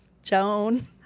Joan